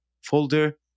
folder